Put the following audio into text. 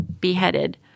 beheaded